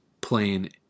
playing